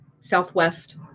Southwest